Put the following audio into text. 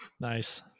Nice